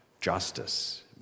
justice